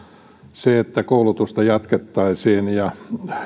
sillä että koulutusta jatkettaisiin ja